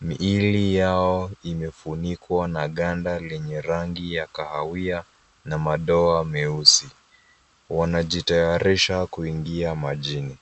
Miili yao imefunikwa na ganda lenye rangi ya kahawia na madoa meusi. Wanajitayarisha kuingia majini.